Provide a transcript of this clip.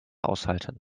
aushalten